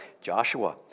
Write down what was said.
Joshua